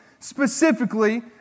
specifically